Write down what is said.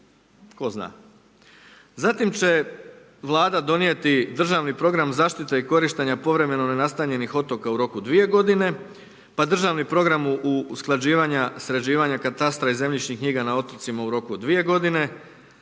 Zatim će vlada donijeti državni program zaštite i korištenja povremeno nenastaljenih otoka u roku 2 godine pa državni program usklađivanja, sređivanja katastra i zemljišnih knjiga na otocima u roku od 2 godina